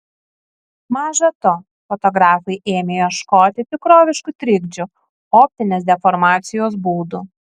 maža to fotografai ėmė ieškoti tikroviškų trikdžių optinės deformacijos būdų